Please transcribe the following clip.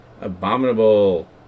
Abominable